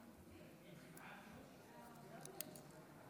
מכובדי היושב-ראש,